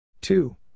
two